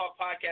podcast